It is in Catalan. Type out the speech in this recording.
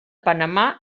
panamà